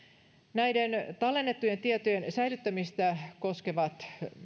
näiden tallennettujen tietojen säilyttämistä koskevat